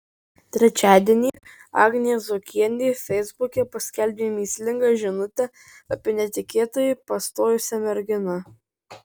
trečiadienį agnė zuokienė feisbuke paskelbė mįslingą žinutę apie netikėtai pastojusią merginą